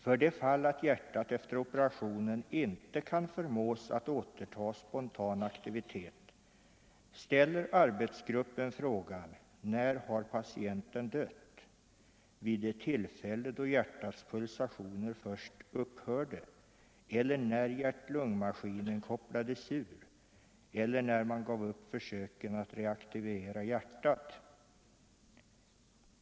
För det fall att hjärtat efter operationen inte kan förmås att återta spontan aktivitet ställer arbetsgruppen frågan: När har patienten dött? Vid det tillfälle då hjärtats pulsationer först upphörde eller när hjärt-lungmaskinen kopplades ur eller när man gav upp försöken att reaktivera hjärtat?